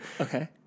Okay